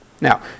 Now